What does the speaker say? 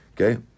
Okay